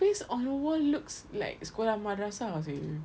paste on wall looks like sekolah madrasah seh